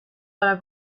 para